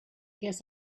guess